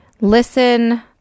Listen